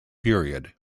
period